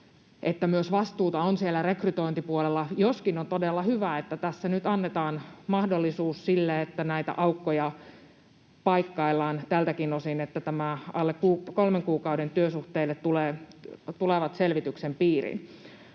myös siellä rekrytointipuolella — joskin on todella hyvä, että tässä nyt annetaan mahdollisuus sille, että näitä aukkoja paikkaillaan tältäkin osin, että nämä alle kolmen kuukauden työsuhteet tulevat selvityksen piiriin.